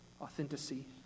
authenticity